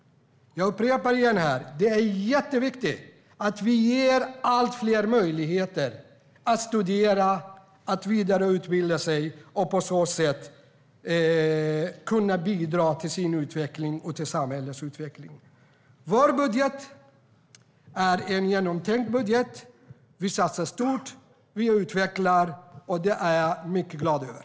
Jag upprepar: Det är jätteviktigt att vi ger fler möjlighet att studera och vidareutbilda sig och att de på så sätt kan bidra till sin egen och samhällets utveckling. Vår budget är genomtänkt. Vi satsar stort och utvecklar detta, och det är jag mycket glad över.